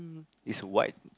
is white